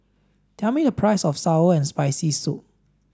tell me the price of sour and spicy soup